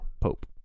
Pope